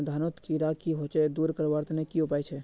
धानोत कीड़ा की होचे दूर करवार तने की उपाय छे?